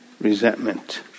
Resentment